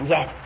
Yes